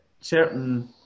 certain